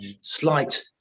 slight